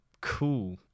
cool